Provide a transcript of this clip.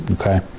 Okay